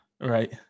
Right